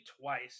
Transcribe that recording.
twice